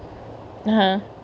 ah